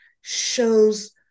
shows